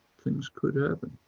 things could happen,